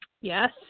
Yes